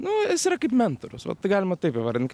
nu jis yra kaip mentorius vat tai galima taip įvardint